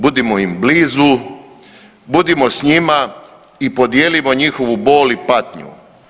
Budimo im blizu, budimo s njima i podijelimo njihovu bol i patnju.